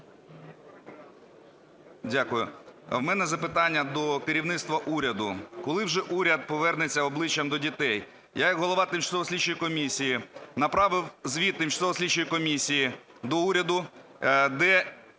Дякую. В мене запитання до керівництва уряду. Коли вже уряд повернеться обличчям до дітей? Я як голова тимчасової слідчої комісії направив звіт тимчасової слідчої комісії до уряду, де